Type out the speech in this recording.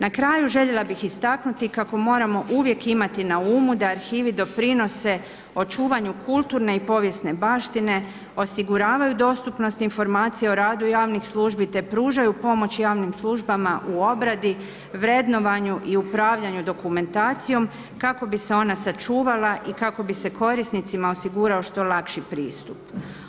Na kraju željela bih istaknuti kako moramo uvijek imati na umu da arhivi doprinose očuvanju kulturne i povijesne baštine, osiguravaju dostupnost informacija o radu javnih službi te pružaju pomoć javnim službama u obradi, vrednovanju i upravljanju dokumentacijom kako bi se ona sačuvala i kako bi se korisnicima osigurao što lakši pristup.